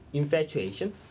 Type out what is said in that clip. infatuation